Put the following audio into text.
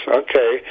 okay